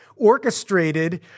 orchestrated